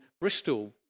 Bristol